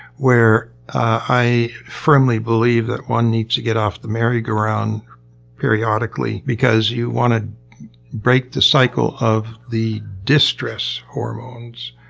where i firmly believe that one needs to get off the merry-go-round periodically, because you want to break the cycle of the distress hormones,